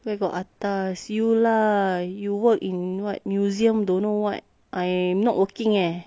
where got atas you lah you work in what museum don't know what I not working eh